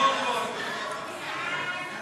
את הצעת חוק לייעול